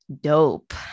dope